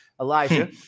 Elijah